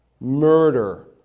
murder